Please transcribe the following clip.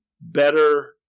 better